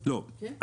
לא.